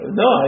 no